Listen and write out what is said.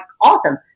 awesome